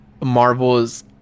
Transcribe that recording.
marvel's